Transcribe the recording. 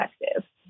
effective